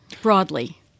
Broadly